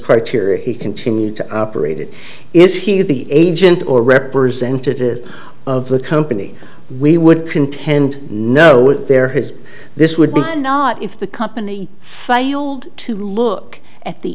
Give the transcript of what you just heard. criteria he continued to operated is he the agent or representative of the company we would contend no there has this would be not if the company failed to look at the